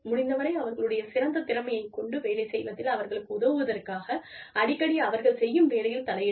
முடிந்தவரை அவர்களுடைய சிறந்த திறமையைக் கொண்டு வேலை செய்வதில் அவர்களுக்கு உதவுவதற்காக அடிக்கடி அவர்கள் செய்யும் வேலையில் தலையிட வேண்டும்